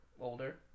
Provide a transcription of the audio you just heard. older